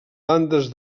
bandes